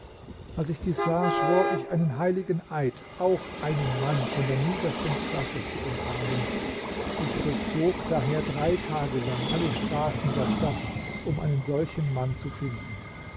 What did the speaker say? als ich dies sah schwor ich einen heiligen eid auch einen mann von der niedersten klasse zu umarmen ich durchzog daher drei tage lang alle straßen der stadt um einen solchen mann zu finden